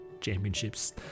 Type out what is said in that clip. Championships